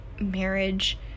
marriage